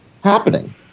happening